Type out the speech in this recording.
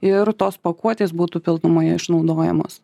ir tos pakuotės būtų pilnumoje išnaudojamos